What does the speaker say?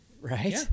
right